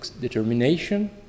determination